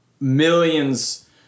millions